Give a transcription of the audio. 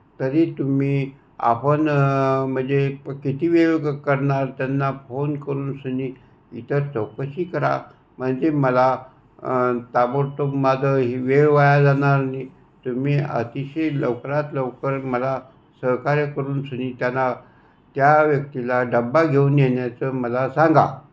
तरी तुम्ही आपण म्हणजे किती वेळ करणार त्यांना फोन करून तुम्ही इतर चौकशी करा म्हणजे मला ताबडतोब माझं वेळ वाया जाणार नाही तुम्ही अतिशय लवकरात लवकर मला सहकार्य करून त्याला त्या व्यक्तीला डबा घेऊन येण्याचं मला सांगा